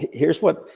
here's what,